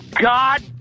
God